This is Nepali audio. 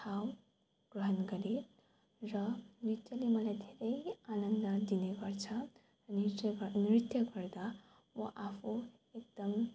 ठाउँ ग्रहण गरे र नृत्यले मलाई धेरै आनन्द दिने गर्छ नृत्य नृत्य गर्दा वा आफू एकदम